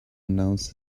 announce